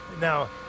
Now